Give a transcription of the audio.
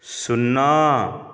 ଶୂନ